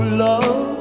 love